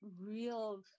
real